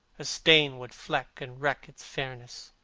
a stain would fleck and wreck its fairness.